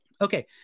Okay